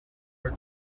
her